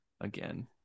again